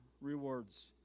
rewards